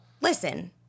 Listen